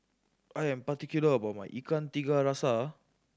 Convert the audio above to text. I am particular about my Ikan Tiga Rasa